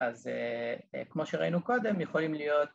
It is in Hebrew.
‫אז כמו שראינו קודם, ‫יכולים להיות...